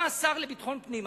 אתה השר לביטחון פנים.